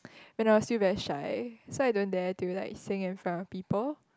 when I was still very shy so I don't dare to like sing in front of people